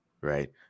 right